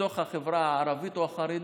בתוך החברה הערבית או החרדית,